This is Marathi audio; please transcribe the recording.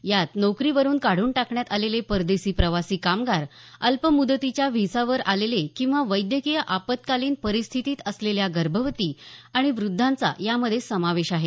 यात नोकरीवरून काढून टाकण्यात आलेले परदेशी प्रवासी कामगार अल्प मुदतीच्या व्हिसावर आलेले किंवा वैद्यकीय आपत्कालीन परिस्थितीत असलेल्या गर्भवती आणि वृद्धांचा यामध्ये समावेश आहे